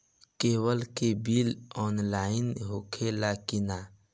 Cable के bill offline होला कि ना?